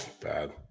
bad